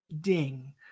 ding